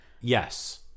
Yes